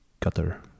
Cutter